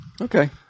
Okay